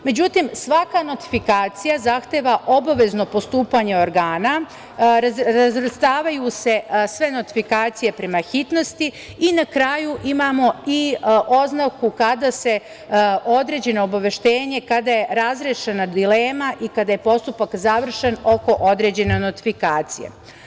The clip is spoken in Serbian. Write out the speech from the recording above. Međutim, svaka notifikacija zahteva obavezno postupanje organa, razvrstavaju se sve notifikacije prema hitnosti i na kraju imamo i oznaku kada se određeno obaveštenje kada je razrešena dilema i kada je postupak završen oko određene notifikacije.